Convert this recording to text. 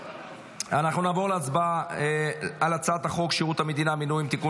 אנחנו נעבור להצבעה על הצעת החוק שירות המדינה (מינויים) (תיקון